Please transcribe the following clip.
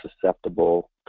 susceptible